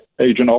agent